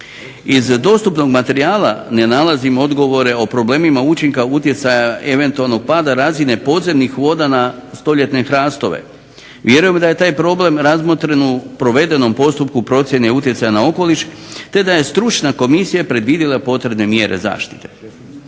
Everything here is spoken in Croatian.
Iz dostupnog materijala ne nalazimo odgovore o problemima učinka utjecaja eventualnog pada razine podzemnih voda na stoljetne hrastove. Vjerujemo da je taj problem razmotren u provedenom postupku procjene utjecaja na okoliš, te da je stručna komisija predvidila potrebne mjere zaštite.